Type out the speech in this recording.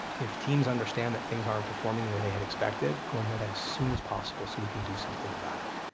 if teams understand that things aren't performing the way they had expected, i want to know that as soon as possible, so we can do something about it,